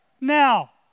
now